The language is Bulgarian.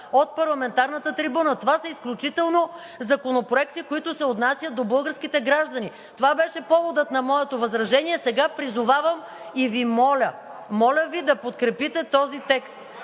от парламентарната трибуна. Това са изключително законопроекти, които се отнасят до българските граждани. Това беше поводът на моето възражение. Сега призовавам и Ви моля – моля Ви да подкрепите този текст